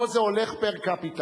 או שזה הולך פר-קפיטה,